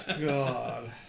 god